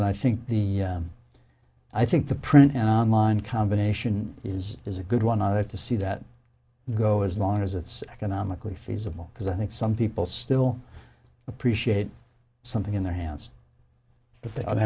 and i think the i think the print and online combination is is a good one i wanted to see that go as long as it's economically feasible because i think some people still appreciate something in their hands